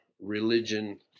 religion